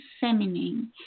feminine